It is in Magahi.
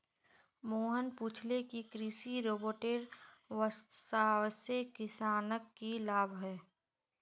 मोहन पूछले कि कृषि रोबोटेर वस्वासे किसानक की लाभ ह ले